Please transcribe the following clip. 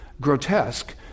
grotesque